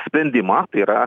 sprendimą tai yra